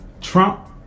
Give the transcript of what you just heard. Trump